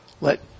let